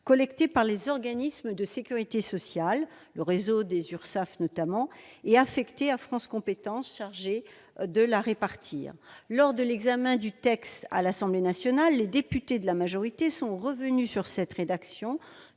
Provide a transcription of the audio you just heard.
collectée par les organismes de sécurité sociale- le réseau des URSSAF notamment -et affectée à France compétences chargée de la répartir. Lors de l'examen du texte à l'Assemblée nationale, les députés de la majorité sont revenus sur cette rédaction,